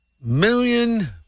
million